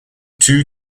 two